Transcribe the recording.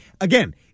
again